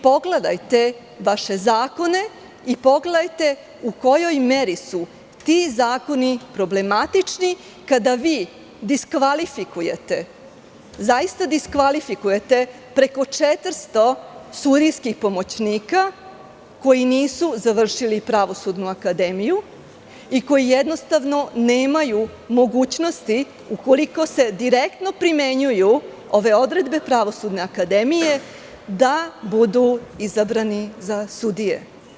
Pogledajte vaše zakone i pogledajte u kojoj meri su ti zakoni problematični kada vi diskvalifikujete preko 400 sudijskih pomoćnika koji nisu završili Pravosudnu akademiju i koji nemaju mogućnosti ukoliko se direktno primenjuju ove odredbe Pravosudne akademije da budu izabrani za sudije.